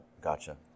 Gotcha